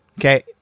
Okay